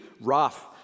rough